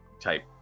type